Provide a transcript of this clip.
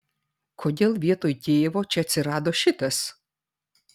kodėl vietoj tėvo čia atsirado šitas